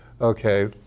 okay